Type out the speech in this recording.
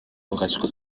алгачкы